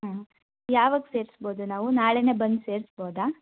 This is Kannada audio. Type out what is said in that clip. ಹಾಂ ಯಾವಾಗ್ ಸೇರ್ಸ್ಬೌದು ನಾವು ನಾಳೆನೆ ಬಂದ್ ಸೇರ್ಸ್ಬೌದ